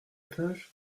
cage